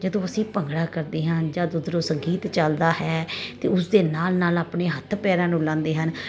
ਜਦੋਂ ਅਸੀਂ ਭੰਗੜਾ ਕਰਦੇ ਹਾਂ ਜਦ ਉਧਰੋਂ ਸੰਗੀਤ ਚਲਦਾ ਹੈ ਤੇ ਉਸਦੇ ਨਾਲ ਨਾਲ ਆਪਣੇ ਹੱਥ ਪੈਰਾਂ ਨੂੰ ਹਿਲਾਂਦੇ ਹਨ